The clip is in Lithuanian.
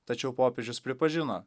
tačiau popiežius pripažino